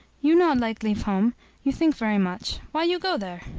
you not like leave home you think very much. why you go there?